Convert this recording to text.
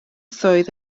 swydd